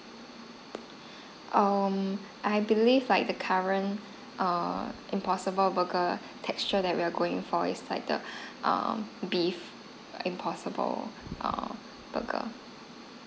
um I believe like the current err impossible burger texture that we're going for is like the err beef impossible err burger